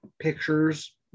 pictures